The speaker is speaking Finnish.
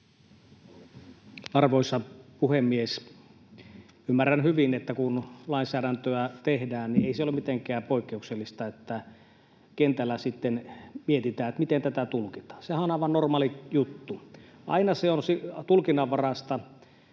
Arvoisa puhemies! Ymmärrän hyvin, että kun lainsäädäntöä tehdään, niin ei ole mitenkään poikkeuksellista, että kentällä sitten mietitään, miten tätä tulkitaan. Sehän on aivan normaali juttu. [Krista Kiuru: Se on aina